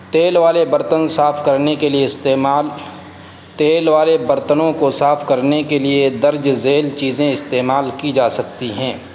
تیل والے برتن صاف کرنے کے لیے استعمال تیل والے برتنوں کو صاف کرنے کے لیے درج ذیل چیزیں استعمال کی جا سکتی ہیں